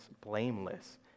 blameless